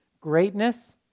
greatness